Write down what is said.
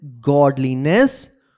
godliness